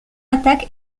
attaque